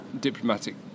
diplomatic